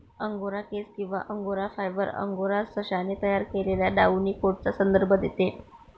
angora केस किंवा angora fibre, angora सशाने तयार केलेल्या डाउनी कोटचा संदर्भ देते